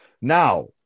Now